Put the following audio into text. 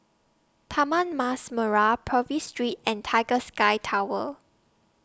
Taman Mas Merah Purvis Street and Tiger Sky Tower